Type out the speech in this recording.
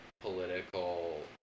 political